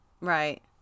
Right